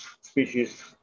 species